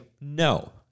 no